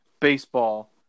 baseball